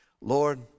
Lord